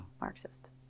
Marxist